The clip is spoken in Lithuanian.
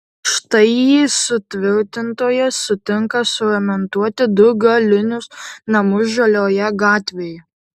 štai iį suvirintojas sutinka suremontuoti du galinius namus žaliojoje gatvėje